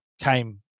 came